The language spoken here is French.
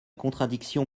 contradiction